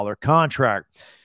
contract